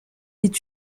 est